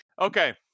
Okay